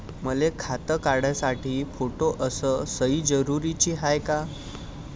मले खातं काढासाठी फोटो अस सयी जरुरीची हाय का?